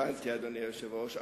הבנתי, אדוני היושב-ראש.